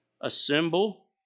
assemble